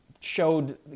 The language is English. showed